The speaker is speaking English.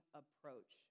approach